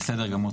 בסדר גמור.